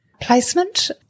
placement